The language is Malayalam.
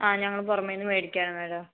ആ ഞങ്ങൾ പുറമേന്ന് മേടിക്കാം മാഡം